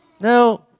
No